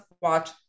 watch